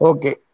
Okay